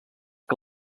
que